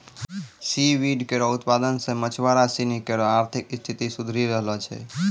C weed केरो उत्पादन सें मछुआरा सिनी केरो आर्थिक स्थिति सुधरी रहलो छै